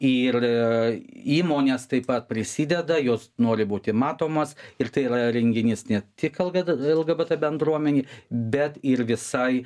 ir įmonės taip pat prisideda jos nori būti matomos ir tai yra renginys ne tik kalbėti lgbt bendruomenei bet ir visai